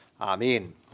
Amen